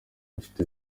nshuti